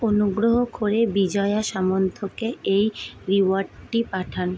অনুগ্রহ করে বিজয়া সামন্তকে এই রিওয়ার্ডটি পাঠান